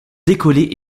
décoller